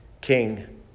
king